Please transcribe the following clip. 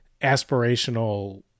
aspirational